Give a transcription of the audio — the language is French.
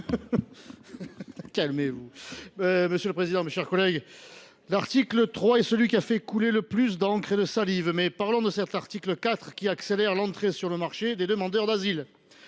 Calmez vous, mes chers collègues ! L’article 3 est celui qui a fait couler le plus d’encre et de salive, mais parlons de cet article 4, qui accélérera l’entrée sur le marché des demandeurs d’asile.